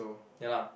ya lah